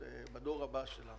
בדור הבא שלנו,